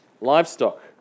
livestock